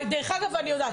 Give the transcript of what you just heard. דרך אגב, אני יודעת.